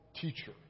teacher